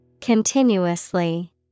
Continuously